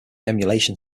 emulation